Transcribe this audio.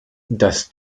dass